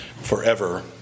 forever